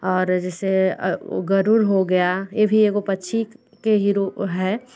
और जैसे वो गरुड़ हो गया ये भी है वो पछी के ही रूप है